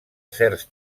certs